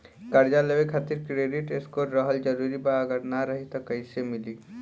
कर्जा लेवे खातिर क्रेडिट स्कोर रहल जरूरी बा अगर ना रही त कैसे मिली?